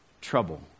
trouble